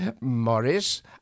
morris